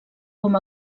com